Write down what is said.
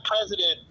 president